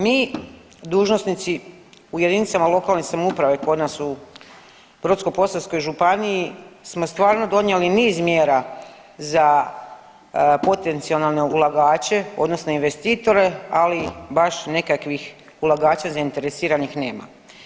Mi dužnosnici u jedinicama lokalne samouprave kod nas u Brodsko-posavskoj županiji smo stvarno donijeli niz mjera za potencijalne ulagače odnosno investitore, ali baš nekakvih ulagača zainteresiranih nema.